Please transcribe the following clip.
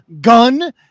gun